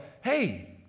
hey